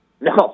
No